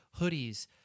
hoodies